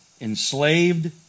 enslaved